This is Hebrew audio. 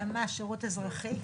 אלא מה, שירות אזרחי?